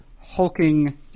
hulking